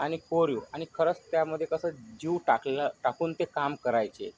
आणि कोरीव आणि खरंच त्यामध्ये कसं जीव टाकला टाकून ते काम करायचे